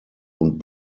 und